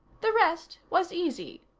the rest was easy.